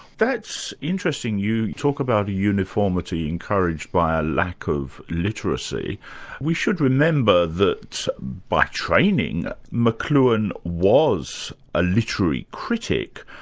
that's interesting, you talk about a uniformity encouraged by a lack of literacy we should remember that by training mcluhan was a literary critic.